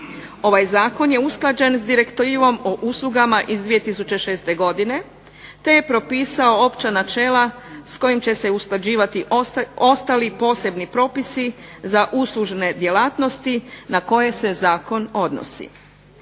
Ovaj zakon je usklađen s direktivom o uslugama iz 2006. godine, te je propisao opća načela s kojim će se usklađivati ostali posebni propisi za uslužne djelatnosti na koje se zakon odnosi.